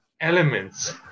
elements